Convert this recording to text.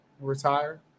retire